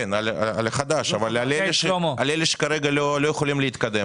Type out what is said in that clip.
אבל על אלה שכרגע לא יכולים להתקדם,